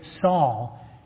Saul